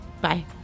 bye